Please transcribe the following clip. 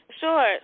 Sure